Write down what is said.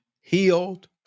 healed